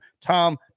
Tom